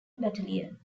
battalion